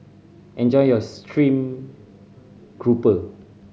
enjoy your stream grouper